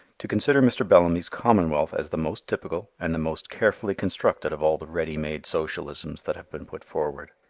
to consider mr. bellamy's commonwealth as the most typical and the most carefully constructed of all the ready-made socialisms that have been put forward.